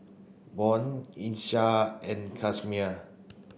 Bjorn Miesha and Casimer